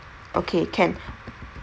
okay can